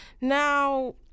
Now